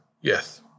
Yes